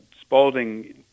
Spaulding